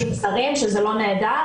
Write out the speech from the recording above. -- שזה לא נהדר,